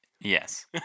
Yes